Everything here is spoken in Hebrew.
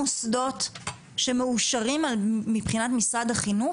אנחנו נבדוק עוד שלוש שנים מה המצב שלכם,